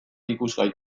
ikusgai